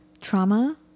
trauma